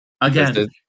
Again